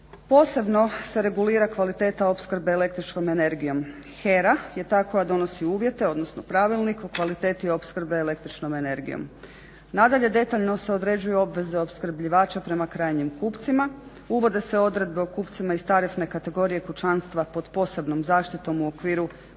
Posebno se regulira kvaliteta opskrbe električnom energijom. HER-a je ta koja donosi uvjete odnosno pravilnik o kvaliteti opskrbe električnom energijom. Nadalje, detaljno se određuju obveze opskrbljivača prema krajnjim kupcima. Uvode se odredbe o kupcima iz tarifne kategorije kućanstva pod posebnom zaštitom u okviru